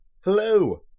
Hello